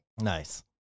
Nice